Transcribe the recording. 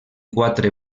quatre